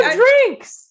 drinks